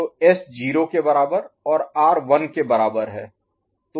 तो एस 0 के बराबर और आर 1 के बराबर है